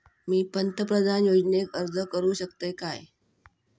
मी पंतप्रधान योजनेक अर्ज करू शकतय काय?